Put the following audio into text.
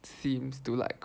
seems to like